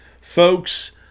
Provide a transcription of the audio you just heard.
Folks